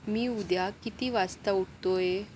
मी उद्या किती वाजता उठतोय